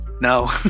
no